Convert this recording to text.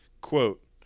quote